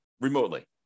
remotely